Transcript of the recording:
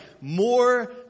more